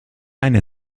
eine